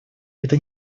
это